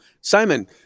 Simon